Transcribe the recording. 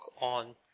on